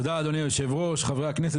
תודה רבה אדוני היושב ראש, חברי הכנסת.